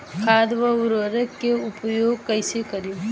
खाद व उर्वरक के उपयोग कइसे करी?